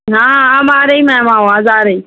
ہاں اب آ رہی میم آواز آ رہی